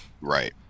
Right